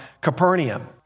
Capernaum